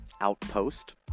Outpost